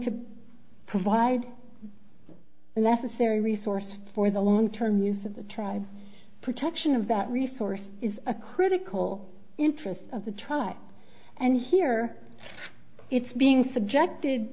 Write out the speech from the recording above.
to provide the necessary resources for the long term use of the tribe protection of that resource is a critical interest of the tribe and here its being subjected